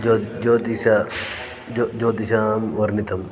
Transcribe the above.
ज्यो ज्योतिषं ज्यो ज्योतिषं वर्णितम्